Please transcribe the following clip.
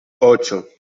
ocho